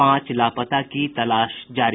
पांच लापता की तलाश जारी